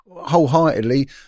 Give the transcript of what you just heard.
wholeheartedly